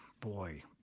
boy